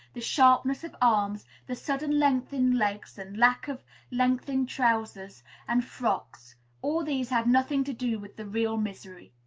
the sharpness of arms, the sudden length in legs and lack of length in trousers and frocks all these had nothing to do with the real misery.